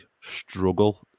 struggle